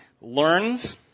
learns